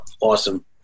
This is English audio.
Awesome